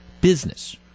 business